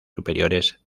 superiores